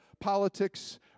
politics